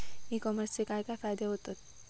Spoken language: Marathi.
ई कॉमर्सचे काय काय फायदे होतत?